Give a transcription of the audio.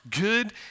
good